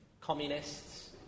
Communists